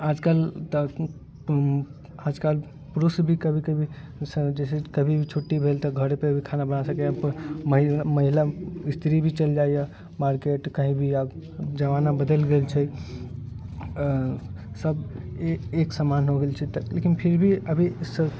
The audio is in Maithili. आइ काल्हि तऽ पुरुष भी कभी कभी जैसे कभी छुट्टी भेल तऽ घर पे भी खाना बना सकैया महिला स्त्री भी चलि जाइया मार्केट कहीँ भी आब जमाना बदलि गेल छै सब एक समान हो गेल छै लेकिन फिर भी अभी सिर्फ